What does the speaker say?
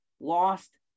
lost